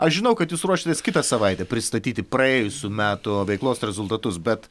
aš žinau kad jūs ruošiatės kitą savaitę pristatyti praėjusių metų veiklos rezultatus bet